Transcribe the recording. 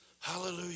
Hallelujah